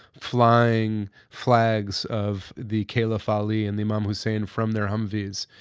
flying flags of the khalif ali and the imam hussein from their humvees.